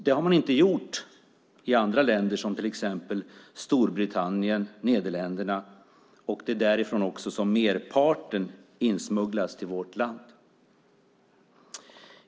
Det har man inte gjort till exempel i Storbritannien och Nederländerna. Det är därifrån som merparten insmugglas till vårt land.